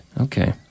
okay